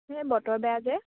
বতৰ বেয়া যে